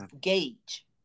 gauge